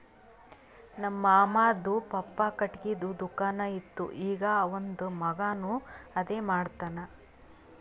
ನಮ್ ಮಾಮಾದು ಪಪ್ಪಾ ಖಟ್ಗಿದು ದುಕಾನ್ ಇತ್ತು ಈಗ್ ಅವಂದ್ ಮಗಾನು ಅದೇ ಮಾಡ್ತಾನ್